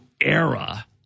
era